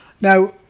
Now